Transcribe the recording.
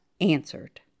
answered